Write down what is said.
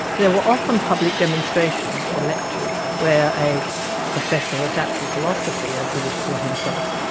there were often public demonstrations or lectures, where a professor of natural philosophy, as he would call himself,